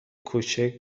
کوچیک